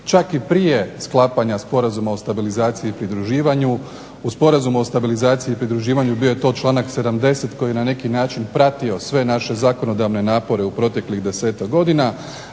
čak i prije sklapanja sporazuma o stabilizaciji i pridruživanju. U Sporazumu o stabilizaciji i pridruživanju bio je to članak 70. koji je na neki način pratio sve naše zakonodavne napore u proteklih 10-tak godina,